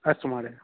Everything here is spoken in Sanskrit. अस्तु महोदय